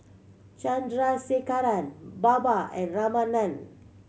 Chandrasekaran Baba and Ramanand